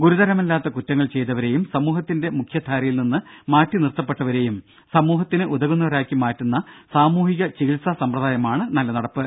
ഗുരുതരമല്ലാത്ത കുറ്റങ്ങൾ ചെയ്തവരെയും സമൂഹത്തിന്റെ മുഖ്യധാരയിൽ നിന്ന് മാറ്റിനിർത്തപ്പെട്ടവരെയും സമൂഹത്തിന് ഉതകുന്നവരാക്കി മാറ്റുന്ന സാമൂഹിക ചികിത്സാ സമ്പ്രദായമാണ് നല്ലനടപ്പ്